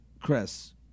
chris